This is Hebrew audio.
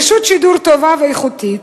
רשות שידור טובה ואיכותית,